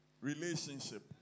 relationship